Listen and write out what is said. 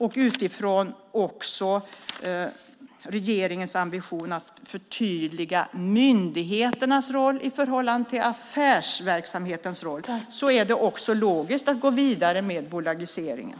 Det handlar också om regeringens ambition att förtydliga myndigheternas roll i förhållande till affärsverksamhetens roll. Det är därför logiskt att gå vidare med bolagiseringen.